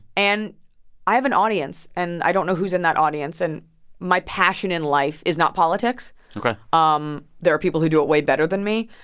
and i have an audience. and i don't know who's in that audience. and my passion in life is not politics ok um there are people who do it way better than me.